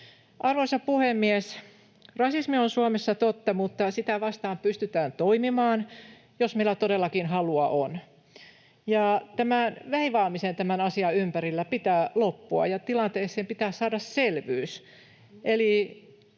Arvoisa puhemies! Rasismi on Suomessa totta, mutta sitä vastaan pystytään toimimaan, jos meillä todellakin on halua. Tämän veivaamisen tämän asian ympärillä pitää loppua, ja tilanteeseen pitää saada selvyys.